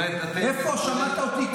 איפה שמעת אותי,